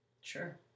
Sure